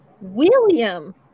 William